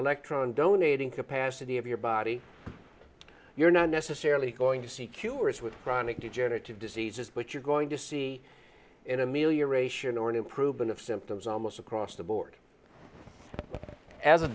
electron donating capacity of your body you're not necessarily going to see cures with chronic degenerative diseases but you're going to see in amelioration or an improvement of symptoms almost across the board as a